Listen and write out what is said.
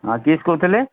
ହଁ କିଏ ସେ କହୁଥିଲେ